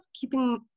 keeping